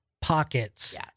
pockets